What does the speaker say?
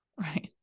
Right